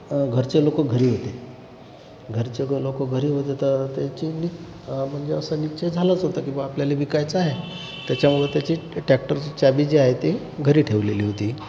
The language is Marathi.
घरचे लोकं घरी होते घरचे लोकं घरी होते तर त्याच्यानी म्हणजे असा निश्चय झालाच होता की बा आपल्याला विकायचा आहे त्याच्यामुळे त्याची ट्रॅक्टरची चावी जी आहे ती घरी ठेवलेली होती